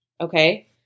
Okay